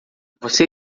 você